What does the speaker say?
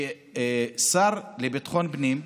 שהשר לביטחון פנים,